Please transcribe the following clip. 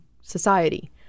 society